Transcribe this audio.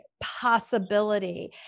possibility